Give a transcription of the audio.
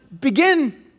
begin